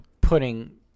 putting